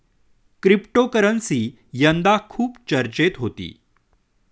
cryptocurrency यंदा खूप चर्चेत होती